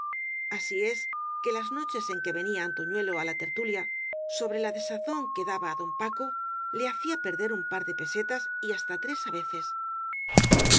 así es que las no ches en que venía antoñuelo á la tertulia sobre la desazón que daba á don paco le hacía perder un par de pesetas y hasta tres á veces